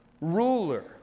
ruler